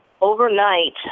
overnight